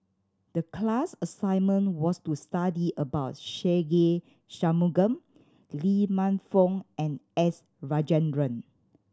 the class assignment was to study about Se Ve Shanmugam Lee Man Fong and S Rajendran